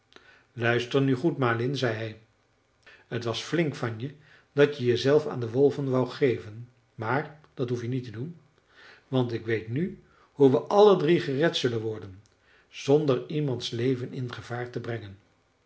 luister nu goed malin zei hij t was flink van je dat je jezelf aan de wolven wou geven maar dat hoef je niet te doen want ik weet nu hoe we alle drie gered zullen worden zonder iemands leven in gevaar te brengen